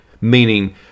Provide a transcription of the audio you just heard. Meaning